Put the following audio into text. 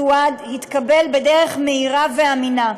תועד והתקבל בדרך מהירה ואמינה.